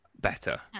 better